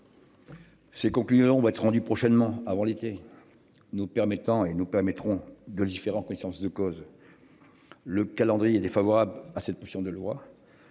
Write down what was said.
Ces conclusions doit être rendu prochainement avant l'été. Nous permettant et nous permettront de légiférer en connaissance de cause. Le calendrier défavorable à cette position de loi.